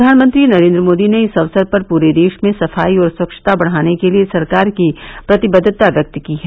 प्रधानमंत्री नरेन्द्र मोदी ने इस अवसर पर पूरे देश में सफाई और स्वच्छता बढ़ाने के लिए सरकार की प्रतिबद्वता व्यक्त की है